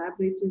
collaborative